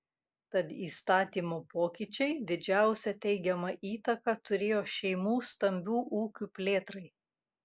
tad įstatymo pokyčiai didžiausią teigiamą įtaką turėjo šeimų stambių ūkių plėtrai